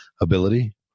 ability